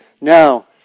now